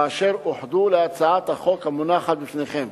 ואשר אוחדו להצעת החוק המונחת בפניכם.